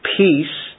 peace